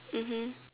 mmhmm